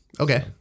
Okay